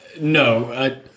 no